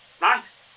nice